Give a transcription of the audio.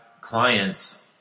clients